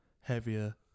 heavier